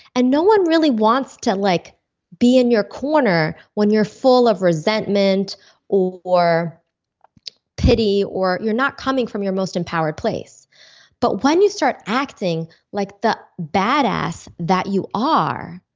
and no one really wants to like be in your corner when you're full of resentment or or pity or you're not coming from your most empowered place but when you start acting like the badass that you are,